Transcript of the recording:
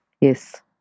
yes